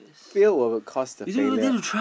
fear will cause the failure